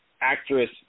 actress